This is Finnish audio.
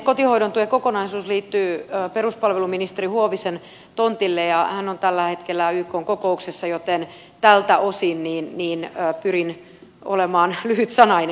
kotihoidon tuen kokonaisuus liittyy peruspalveluministeri huovisen tontille ja hän on tällä hetkellä ykn kokouksessa joten tältä osin pyrin olemaan lyhytsanainen